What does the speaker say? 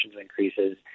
increases